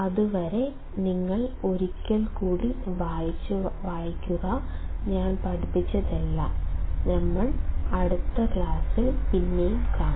അതുവരെ നിങ്ങൾ ഒരിക്കൽ കൂടി വായിച്ചു ഞാൻ പഠിപ്പിച്ചതെല്ലാം ഞാൻ നിങ്ങളെ അടുത്ത ക്ലാസ്സിൽ കാണും